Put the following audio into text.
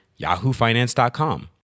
yahoofinance.com